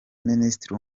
minisitiri